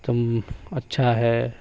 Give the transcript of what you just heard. تم اچھا ہے